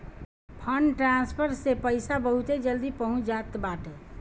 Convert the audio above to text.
fund transfer से पईसा बहुते जल्दी पहुंच जात बाटे